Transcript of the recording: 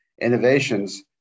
innovations